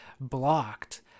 blocked